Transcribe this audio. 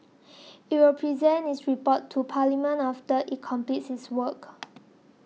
it will present its report to Parliament after it completes its work